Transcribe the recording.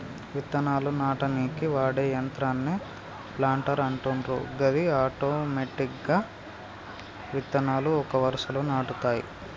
విత్తనాలు నాటనీకి వాడే యంత్రాన్నే ప్లాంటర్ అంటుండ్రు గది ఆటోమెటిక్గా విత్తనాలు ఒక వరుసలో నాటుతాయి